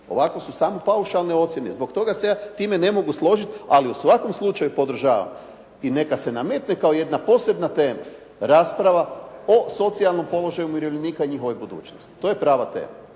Ovako su samo paušalne ocjene. Zbog toga se ja time ne mogu složiti, ali u svakom slučaju podržavam i neka se nametne kao jedna posebna tema rasprava o socijalnom položaju umirovljenika i njihovoj budućnosti. To je prava tema,